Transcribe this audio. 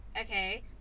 okay